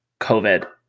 COVID